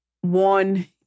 one